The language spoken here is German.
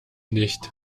nicht